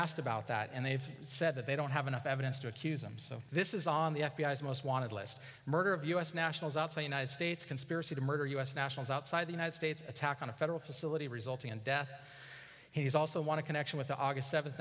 asked about that and they've said that they don't have enough evidence to accuse them so this is on the f b i s most wanted list murder of u s nationals outside united states conspiracy to murder u s nationals outside the united states attack on a federal facility resulting in death he's also want to connection with the august seventh